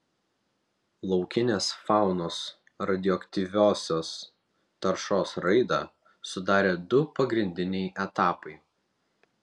laukinės faunos radioaktyviosios taršos raidą sudarė du pagrindiniai etapai